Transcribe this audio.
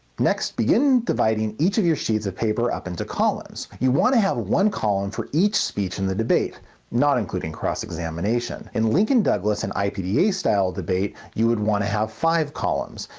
next begin dividing each of you sheets of paper up into columns. you want to have one column for each speech in the debate not including cross examination. in lincoln douglas and ipda style debate you would want five columns.